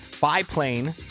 biplane